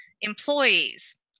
employees